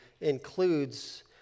includes